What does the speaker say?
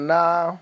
now